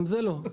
גם זה לא.